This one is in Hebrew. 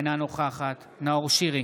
אינה נוכחת נאור שירי,